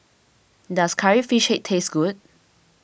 does Curry Fish Head taste good